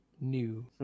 New